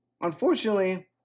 unfortunately